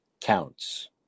counts